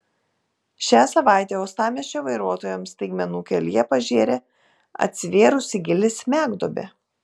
šią savaitę uostamiesčio vairuotojams staigmenų kelyje pažėrė atsivėrusi gili smegduobė